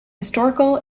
historical